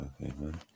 amen